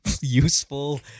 useful